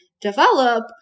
develop